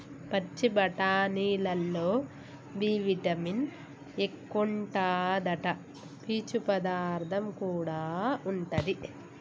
పచ్చి బఠానీలల్లో B vitamin ఎక్కువుంటాదట, పీచు పదార్థం కూడా ఉంటది